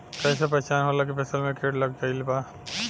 कैसे पहचान होला की फसल में कीट लग गईल बा?